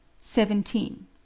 seventeen